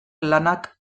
lanak